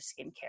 skincare